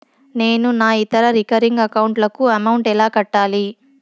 నేను నా ఇతర రికరింగ్ అకౌంట్ లకు అమౌంట్ ఎలా కట్టాలి?